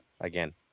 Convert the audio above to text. again